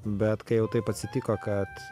bet kai jau taip atsitiko kad